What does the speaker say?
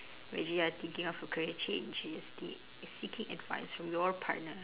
imagine you are thinking of a career change and you are seeking seeking advice from your partner